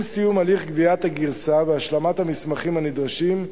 עם סיום הליך גביית הגרסאות והשלמת המסמכים הנדרשים,